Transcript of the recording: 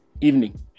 evening